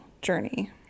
journey